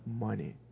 money